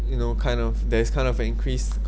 you know kind of there's kind of an increase